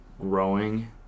growing